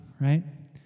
right